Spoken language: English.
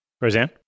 Roseanne